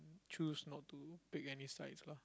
choose not to pick any sides ah